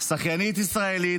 שחיינית ישראלית,